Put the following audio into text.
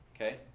okay